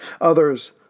others